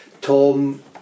Tom